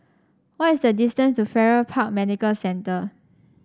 what is the distance to Farrer Park Medical Centre